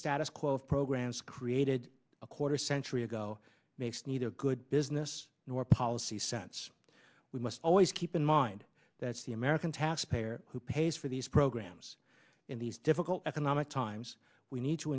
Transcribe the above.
status quo of programs created a quarter century ago makes neither good business nor policy sense we must always keep in mind that the american taxpayer who pays for these programs in these difficult economic times we need to